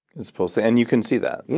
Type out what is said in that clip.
it's pulsating? you can see that? yeah.